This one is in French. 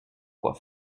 quoi